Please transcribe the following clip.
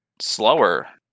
slower